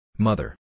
Mother